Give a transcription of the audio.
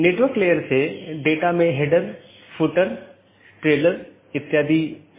इसके बजाय BGP संदेश को समय समय पर साथियों के बीच आदान प्रदान किया जाता है